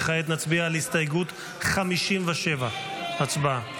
כעת נצביע על הסתייגות 57. הצבעה.